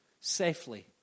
safely